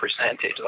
percentage